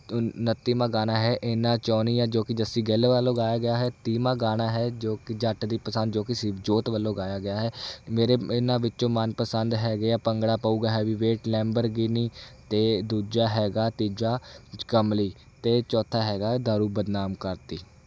ਉਨੱਤੀਵਾਂ ਗਾਣਾ ਹੈ ਇੰਨਾ ਚਾਹੁੰਦੀ ਹਾਂ ਜੋ ਕਿ ਜੱਸੀ ਗਿੱਲ ਵੱਲੋਂ ਗਾਇਆ ਗਿਆ ਹੈ ਤੀਹਵਾਂ ਗਾਣਾ ਹੈ ਜੋ ਕਿ ਜੱਟ ਦੀ ਪਸੰਦ ਜੋ ਕਿ ਸ਼ਿਵ ਜੋਤ ਵੱਲੋਂ ਗਾਇਆ ਗਿਆ ਹੈ ਮੇਰੇ ਇਹਨਾਂ ਵਿੱਚੋਂ ਮਨਪਸੰਦ ਹੈਗੇ ਆ ਭੰਗੜਾ ਪਊਗਾ ਹੈਵੀ ਵੇਟ ਲੈਂਬਰਗੀਨੀ ਅਤੇ ਦੂਜਾ ਹੈਗਾ ਤੀਜਾ ਕਮਲੀ ਅਤੇ ਚੌਥਾ ਹੈਗਾ ਦਾਰੂ ਬਦਨਾਮ ਕਰਤੀ